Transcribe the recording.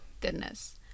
goodness